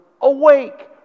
awake